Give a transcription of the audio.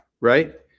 right